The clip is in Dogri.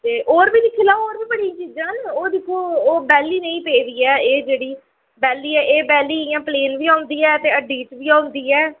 ते होर बी दिक्खी लैओ होर बी बड़ियां चीजां न ओह् दिक्खो ओह् बैह्ल्ली नेही पेदी ऐ एह् जेह्ड़ी बैह्ल्ली ऐ एह् बैह्ल्ली इ'यां प्लेन बी औंदी ऐ ते अड्डी च बी औंदी ऐ